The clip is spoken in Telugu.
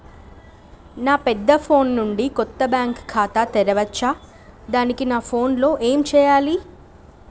నా పెద్ద ఫోన్ నుండి కొత్త బ్యాంక్ ఖాతా తెరవచ్చా? దానికి నా ఫోన్ లో ఏం చేయాలి?